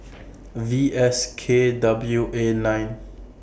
V S K W A nine